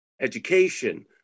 education